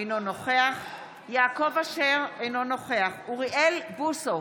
אינו נוכח יעקב אשר, אינו נוכח אוריאל בוסו,